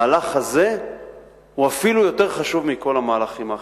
המהלך הזה הוא אפילו יותר חשוב מכל המהלכים האחרים.